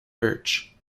birch